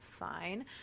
fine